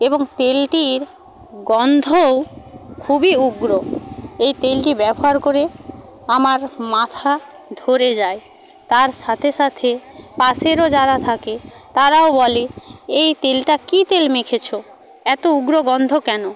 এবং তেলটির গন্ধও খুবই উগ্র এই তেলটি ব্যবহার করে আমার মাথা ধরে যায় তার সাথে সাথে পাশেরও যারা থাকে তারাও বলে এই তেলটা কী তেল মেখেছ এত উগ্র গন্ধ কেন